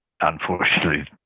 unfortunately